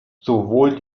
sowohl